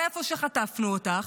מאיפה שחטפנו אותך,